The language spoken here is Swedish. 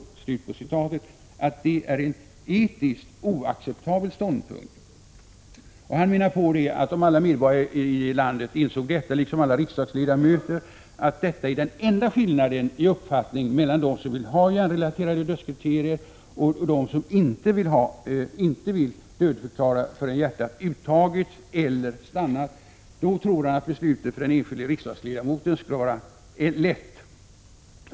Det är enligt den övervägande majoriteten av läkarkåren en oacceptabel ståndpunkt, och Holmdahl menar att om alla medborgare i landet och alla riksdagsledamöter kände till att detta är den enda skillnaden i uppfattning mellan dem som vill ha hjärnrelaterade dödskriterier och dem som inte vill dödförklara förrän hjärtat uttagits eller stannat, skulle beslutet för den enskilde riksdagsledamoten vara lätt.